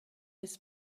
his